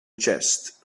chest